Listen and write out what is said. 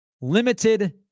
limited